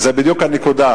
זו בדיוק הנקודה,